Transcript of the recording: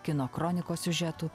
kino kronikos siužetų